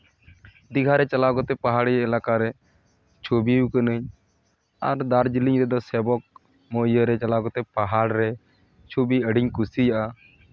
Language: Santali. ᱫᱤᱜᱷᱟ ᱨᱮ ᱪᱟᱞᱟᱣ ᱠᱟᱛᱮᱫ ᱯᱟᱦᱟᱲᱤ ᱮᱞᱟᱠᱟ ᱨᱮ ᱪᱷᱚᱵᱤ ᱠᱟᱱᱟᱧ ᱟᱨ ᱫᱟᱨᱡᱤᱞᱤᱝ ᱨᱮᱫᱚ ᱥᱮᱵᱚᱠ ᱤᱭᱟᱹᱨᱮ ᱪᱟᱞᱟᱣ ᱠᱟᱛᱮᱫ ᱯᱟᱦᱟᱲ ᱨᱮ ᱪᱷᱚᱵᱤ ᱟᱸᱰᱤᱧ ᱠᱩᱥᱤᱭᱟᱜᱼᱟ